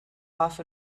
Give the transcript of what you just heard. off